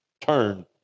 turn